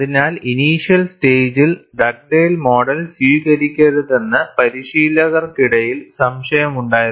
അതിനാൽ ഇനിഷ്യൽ സ്റ്റേജസിൽ Dugdale model സ്വീകരിക്കരുതെന്ന് പരിശീലകർക്കിടയിൽ സംശയമുണ്ടായിരുന്നു